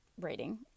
rating